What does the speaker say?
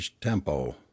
tempo